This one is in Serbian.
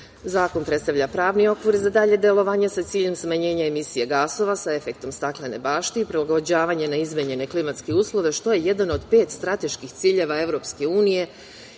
predstavlja pravni okvir za dalje delovanje sa ciljem smanjenja emisije gasova sa efektom staklene bašte i prilagođavanje n izmenjene klimatske uslove, što je jedan od pet strateških ciljeva EU